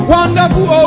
Wonderful